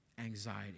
Anxiety